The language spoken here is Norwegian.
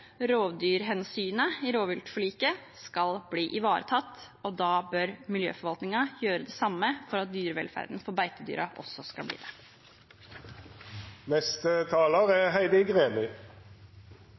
rovdyrhensynet i rovviltforliket skal bli ivaretatt, og da bør miljøforvaltningen gjøre det samme for at dyrevelferden for beitedyrene også skal bli